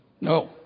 No